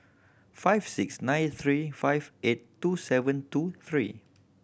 five six nine three five eight two seven two three